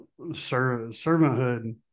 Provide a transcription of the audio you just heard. servanthood